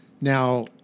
Now